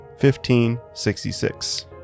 1566